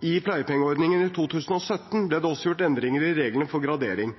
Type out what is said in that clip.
i pleiepengeordningen i 2017 ble det også gjort endringer i reglene for gradering.